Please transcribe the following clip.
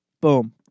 Boom